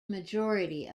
majority